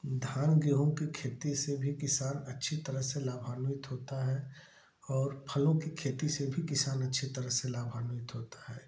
धान गेहूँ के खेती से भी किसान अच्छी तरह से लाभान्वित होता है और फलों की खेती से भी किसान अच्छी तरह से लाभान्वित होता है